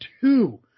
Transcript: two